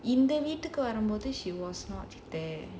இந்த வீட்டுக்கு வரும் போது:indha veetuku varum pothu she was not there